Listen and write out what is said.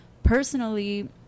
personally